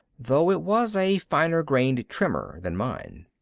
though it was a finer-grained tremor than mine.